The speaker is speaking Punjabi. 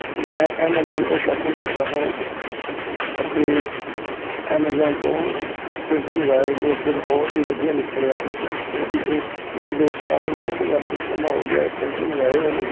ਮੈਂ ਐਮਾਜੌਨ ਤੋਂ ਸ਼ੋਪਿੰਗ ਕਰਦਾ ਹਾਂ ਅਤੇ ਐਮਾਜੌਨ ਤੋਂ ਇੱਕ ਪ੍ਰਿੰਟਰ ਮੰਗਵਾਇਆ ਜੋ ਕਿ ਬਹੁਤ ਹੀ ਵਧੀਆ ਨਿਕਲਿਆ ਉਹਦੀ ਇੰ ਮੈਂ ਦੋ ਸਾਲ ਤੋਂ ਵੱਧ ਸਮਾਂ ਹੋ ਗਿਆ ਪ੍ਰਿੰਟਰ ਮੰਗਵਾਏ ਹੋਏ ਨੂੰ